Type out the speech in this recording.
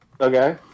Okay